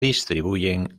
distribuyen